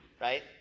right